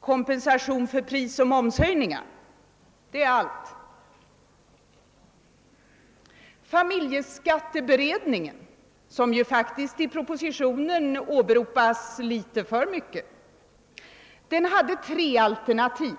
Kompensation för prisoch momshöjningar — det är allt. Familjeskatteberedningen, som i propositionen faktiskt åberopas litet för mycket, hade tre alternativ.